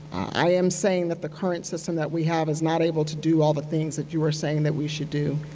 i am saying that the current system that we have is not able to do all the things that you are saying that we should do.